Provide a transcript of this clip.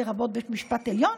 לרבות בית משפט עליון,